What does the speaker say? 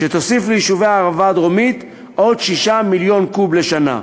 שתוסיף ליישובי הערבה הדרומית עוד 6 מיליון קוב לשנה.